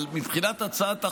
אבל מבחינת הצעת החוק,